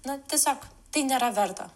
na tiesiog tai nėra verta